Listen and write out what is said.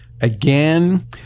again